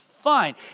fine